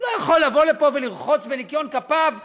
הוא לא יכול לבוא ולרחוץ בניקיון כפיו ולהגיד: